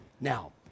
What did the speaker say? Now